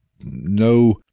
no